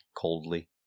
coldly